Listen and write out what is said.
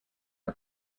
are